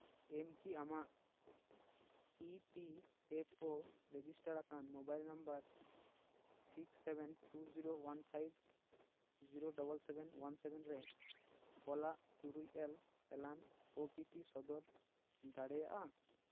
ᱮᱢᱠᱤ ᱟᱢᱟᱜ E P F O ᱨᱮᱡᱤᱥᱴᱟᱨᱟᱠᱟᱱ mobile number six seven two zero one five zero double seven one seven ᱨᱮ ᱠᱚᱞᱟᱜ ᱛᱩᱨᱩᱭ ᱜᱮᱞ ᱮᱞᱟᱱ ᱳ ᱯᱤ ᱴᱤ ᱥᱚᱫᱚᱨ ᱫᱟᱲᱮᱭᱟᱜᱼᱟ